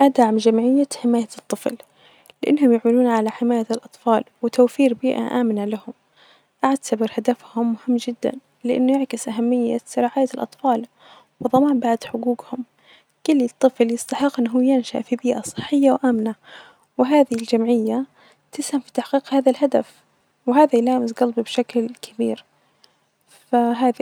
أجدم هواياتي هي الجراية، يعني بدأت أمارسها من وأنا صغيرة لما كنت أكتشف يعني من مكتبة المدرسة، وأجد فيها يعني قصص كنت أقرأ كل شئ تيجي فيه بيدي يعني من قصص، روايات، معلومات، القراءة يعني كانت تفتحلي أبواب جديدة ،وتخليني يعني أعيش تجارب مختلفة، وهذا الحب للكلمات